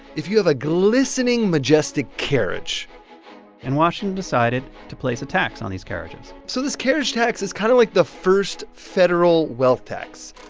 if you have a glistening, majestic carriage and washington decided to place a tax on these carriages so this carriage tax is kind of like the first federal wealth tax.